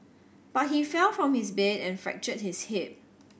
but he fell from his bed and fractured his hip